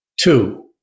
Two